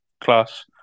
class